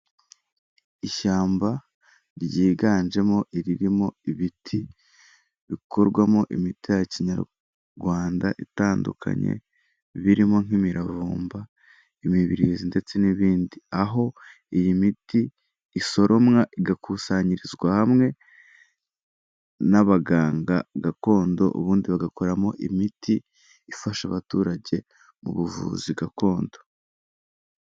Ishyamba ryiganjemo iririmo ibiti bikorwamo imiti ya kinyarwanda itandukanye birimo nk'imiravumba, imibirizi ndetse n'ibindi aho iyi miti isoromwa igakusanyirizwa hamwe n'abaganga gakondo ubundi bagakoramo imiti ifasha abaturage mu buvuzi gakondo.